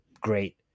great